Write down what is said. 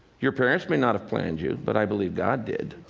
your parents may not have planned you, but i believe god did.